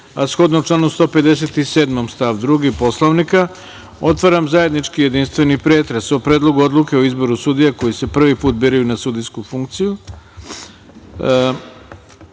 a shodno članu 157. stav 2. Poslovnika, otvaram zajednički jedinstveni pretres o Predlogu odluke o izboru sudija koji se prvi put biraju na sudijsku funkciju